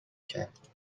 کرد